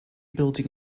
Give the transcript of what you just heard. building